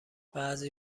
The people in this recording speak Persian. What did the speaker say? بعضی